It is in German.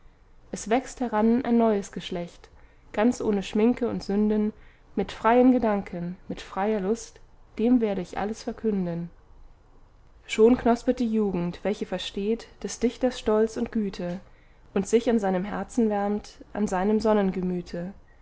es wächst heran ein neues geschlecht ganz ohne schminke und sünden mit freien gedanken mit freier lust dem werde ich alles verkünden schon knospet die jugend welche versteht des dichters stolz und güte und sich an seinem herzen wärmt an seinem